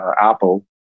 Apple